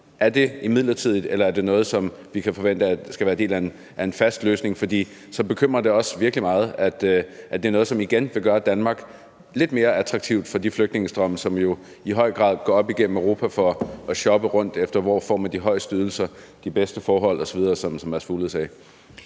kr., midlertidige, eller er det noget, som vi kan forvente skal være en del af en fast løsning? For så bekymrer det os virkelig meget, altså at det er noget, som igen vil gøre Danmark lidt mere attraktivt for de flygtninge, som i flygtningestrømme jo i høj grad går op igennem Europa for at shoppe rundt efter, hvor man får de højeste ydelser, de bedste forhold osv., sådan som Mads Fuglede sagde.